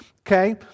okay